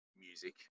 music